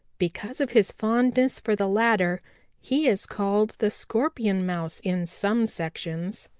because of his fondness for the latter he is called the scorpion mouse in some sections.